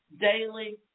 daily